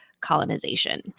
colonization